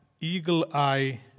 eagle-eye